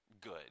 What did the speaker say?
good